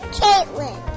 caitlin